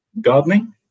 Gardening